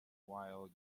while